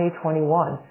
2021